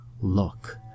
Look